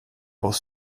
both